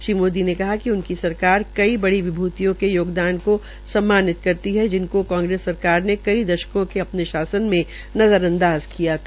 श्री मोदी ने कहा कि उनकी सरकार कई बड़ी विभूतियों के योगदान को सम्मानित करती है जिसको कांग्रेस सरकार ने कई दशकों के अपने शासन में नज़रअंदाज किया था